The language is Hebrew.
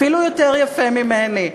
אפילו יותר יפה ממני,